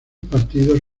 partidos